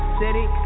city